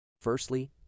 Firstly